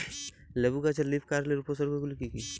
লেবু গাছে লীফকার্লের উপসর্গ গুলি কি কী?